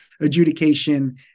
adjudication